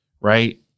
Right